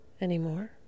anymore